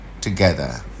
together